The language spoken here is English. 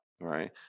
Right